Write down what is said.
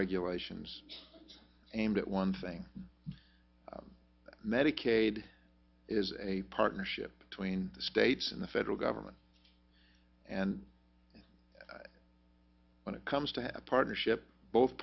regulations aimed at one thing medicaid is a partnership between the states and the federal government and when it comes to a partnership both